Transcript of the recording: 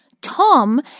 Tom